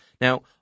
Now